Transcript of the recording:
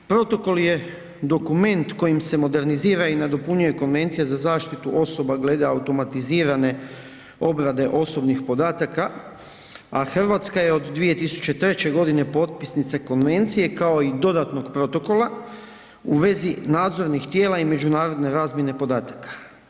Protokol je dokument kojim se modernizira i nadopunjuje konvencija za zaštitu osoba glede automatizirane obrade osobnih podataka, Hrvatska je od 2003. godine potpisnica konvencije kao i dodatnog protokola u vezi nadzornih tijela i međunarodne razmjene podataka.